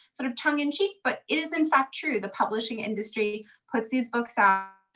sort of tongue and cheek. but it is in fact true. the publishing industry books these books out.